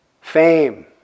Fame